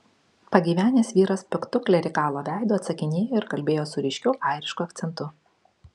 pagyvenęs vyras piktu klerikalo veidu atsakinėjo ir kalbėjo su ryškiu airišku akcentu